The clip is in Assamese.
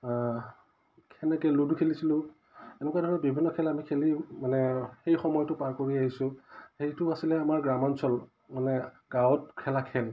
তেনেকৈ লুডু খেলিছিলোঁ এনেকুৱা ধৰণৰ বিভিন্ন খেল আমি খেলি মানে সেই সময়টো পাৰ কৰি আহিছোঁ সেইটো আছিলে আমাৰ গ্ৰাম্যাঞ্চল মানে গাঁৱত খেলা খেল